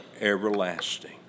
everlasting